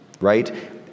right